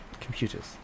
computers